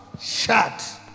Shut